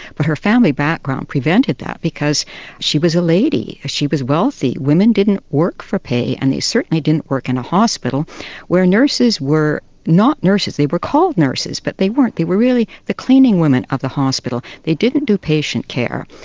but her family background prevented that, because she was a lady, she was wealthy, women didn't work for pay, and they certainly didn't work in a hospital where nurses were not nurses they were called nurses, but they weren't, they were really the cleaning women of the hospital. they didn't do patient care,